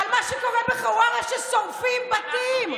על מה שקורה בחווארה, ששורפים בתים?